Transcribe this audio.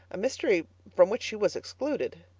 a mystery from which she was excluded.